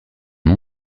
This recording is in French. nom